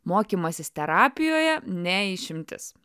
mokymasis terapijoje ne išimtis